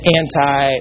anti